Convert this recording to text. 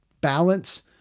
Balance